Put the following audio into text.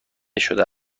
شده